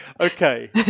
Okay